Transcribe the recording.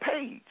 page